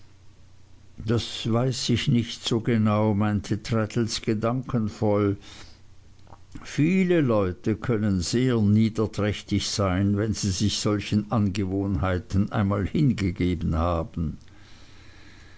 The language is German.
das weiß ich nicht so genau meinte traddles gedankenvoll viele leute können sehr niederträchtig sein wenn sie sich solchen angewohnheiten einmal hingegeben haben